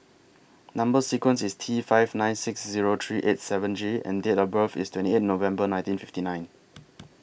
Number sequence IS T five nine six Zero three eight seven J and Date of birth IS twenty eight November nineteen fifty nine